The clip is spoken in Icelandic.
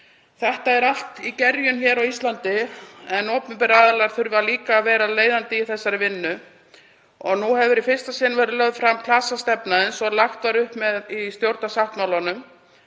Þetta er allt í gerjun hér á Íslandi en opinberir aðilar þurfa líka að vera leiðandi í þessari vinnu. Nú hefur í fyrsta sinn verið lögð fram klasastefna eins og lagt var upp með í stjórnarsáttmálanum.